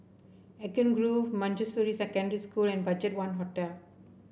Eden Grove Manjusri Secondary School and BudgetOne Hotel